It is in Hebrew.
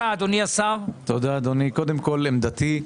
עמדתי,